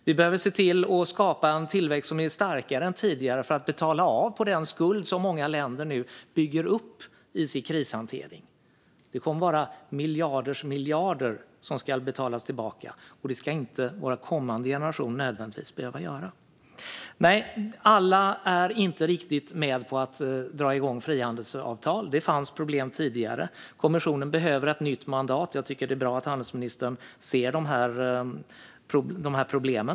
Vi behöver skapa en tillväxt som är starkare än tidigare för att kunna betala av på den skuld som många länder nu bygger upp i sin krishantering. Det kommer att vara miljarders miljarder som ska betalas tillbaka. Det ska inte kommande generationer nödvändigtvis behöva göra. Nej, alla är inte riktigt med på att dra igång frihandelsavtal. Det fanns problem tidigare. Kommissionen behöver ett nytt mandat. Jag tycker att det är bra att handelsministern ser dessa problem.